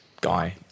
guy